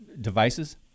devices